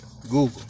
Google